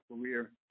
career